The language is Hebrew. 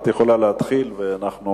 את יכולה להתחיל ואנחנו